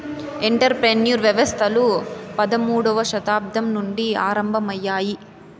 enter ప్రెన్యూర్ వ్యవస్థలు పదమూడవ శతాబ్దం నుండి ఆరంభమయ్యాయి